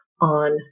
on